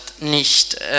nicht